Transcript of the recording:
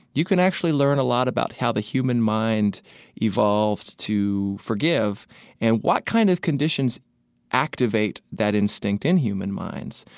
you can actually learn a lot about how the human mind evolved to forgive and what kind of conditions activate that instinct in human minds,